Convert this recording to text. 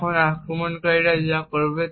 এখন আক্রমণকারী যা করবে